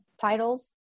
titles